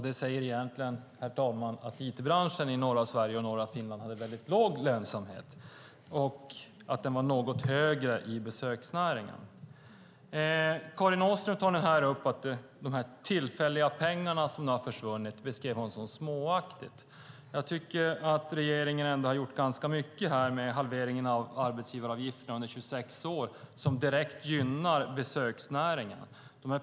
Det säger egentligen, herr talman, att it-branschen i norra Sverige och norra Finland har en väldigt liten lönsamhet, att den var något bättre i besöksnäringen. Karin Åström beskrev det som småaktigt att låta de tillfälliga pengarna nu försvinna. Jag tycker att regeringen ändå har gjort ganska mycket här med halveringen av arbetsgivaravgiften för ungdomar under 26 år som ju direkt gynnar besöksnäringen.